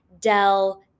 Dell